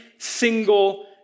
Single